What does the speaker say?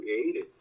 created